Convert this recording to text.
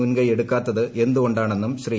മുൻകൈയെടുക്കാത്തത് എന്തുക്കാണ്ടാണെന്നും ശ്രീ